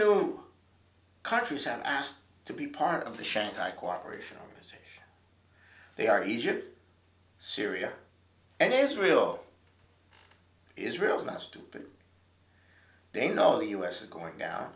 new countries have asked to be part of the shanghai cooperation organization they are egypt syria and israel israel about stupid they know the u s is going